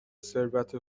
ثروت